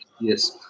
Yes